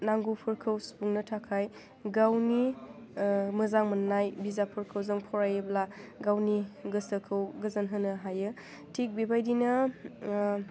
नांगौफोरखौ सुफुंनो थाखाय गावनि मोजां मोन्नाय बिजाबफोरखौ जों फरायोब्ला गावनि गोसोखौ गोजोन होनो हायो थिग बेबायदिनो